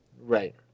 Right